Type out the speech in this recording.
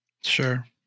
Sure